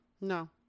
no